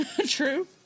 True